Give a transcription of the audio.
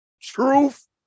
Truth